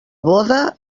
boda